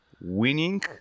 winning